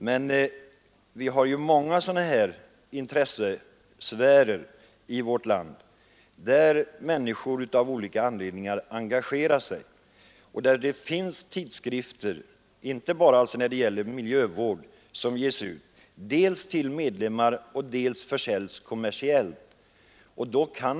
Men vi har i vårt land många sådana intressesfärer, där människor av olika anledningar engagerar sig och där det ges ut tidskrifter som dels går till medlemmar, dels försäljs kommersiellt.